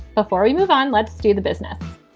before we move on, let's do the business.